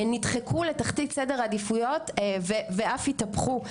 נדחקו לתחתית סדר העדיפויות ואף התהפכו.